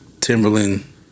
timberland